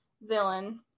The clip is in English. villain